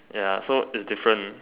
ya so is different